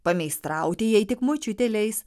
pameistrauti jei tik močiutė leis